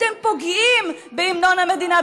אתם פוגעים בהמנון המדינה,